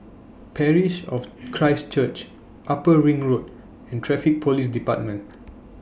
Parish of Christ Church Upper Ring Road and Traffic Police department